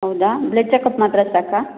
ಹೌದಾ blood checkup ಮಾತ್ರ ಸಾಕಾ